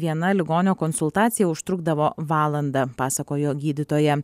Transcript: viena ligonio konsultacija užtrukdavo valandą pasakojo gydytoja